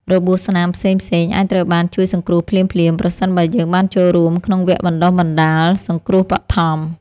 របួសស្នាមផ្សេងៗអាចត្រូវបានជួយសង្គ្រោះភ្លាមៗប្រសិនបើយើងបានចូលរួមក្នុងវគ្គបណ្តុះបណ្តាលសង្គ្រោះបឋម។